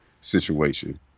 situation